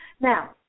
Now